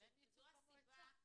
אבל אין ייצוג במועצה.